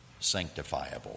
sanctifiable